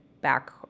back